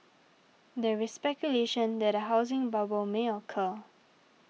there is speculation that a housing bubble may occur